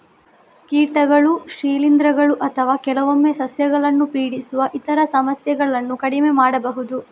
ಕೀಟಗಳು, ಶಿಲೀಂಧ್ರಗಳು ಅಥವಾ ಕೆಲವೊಮ್ಮೆ ಸಸ್ಯಗಳನ್ನು ಪೀಡಿಸುವ ಇತರ ಸಮಸ್ಯೆಗಳನ್ನು ಕಡಿಮೆ ಮಾಡಬಹುದು